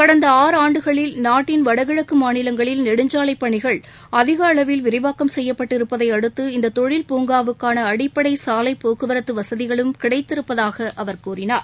கடந்தஆறாண்டுகளில் நாட்டின் வடகிழக்குமாநிலங்களில் நெடுஞ்சாலைப் பணிகள் அதிகளவில் விரிவாக்கம் செய்யப்பட்டு இருப்பதைஅடுத்து இந்ததொழில் பூங்காவுக்கானஅடிப்படைசாலைப் போக்குவரத்துவசதிகளும் கிடைத்திருப்பதாகஅவர் கூறினார்